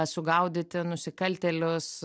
sugaudyti nusikaltėlius